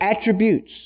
attributes